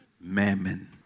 mammon